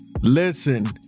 Listen